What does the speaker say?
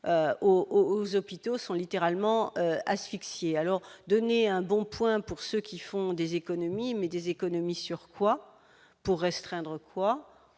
aux hôpitaux sont littéralement asphyxié alors donner un bon point pour ceux qui font des économies, mais des économies sur quoi pour restreindre quoi